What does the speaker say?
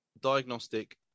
diagnostic